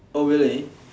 oh really